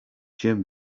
jim